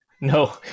no